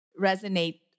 resonate